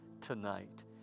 tonight